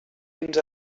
fins